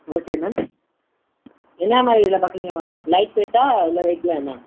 okay ma'am என்ன மாதிரி இதில் பார்க்குறீங்க மேம் லைட் வெயிட்டாக இல்லை வெயிட் இல்லாயமா